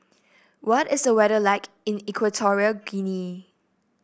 what is the weather like in Equatorial Guinea